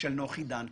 - של נוחי דנקנר.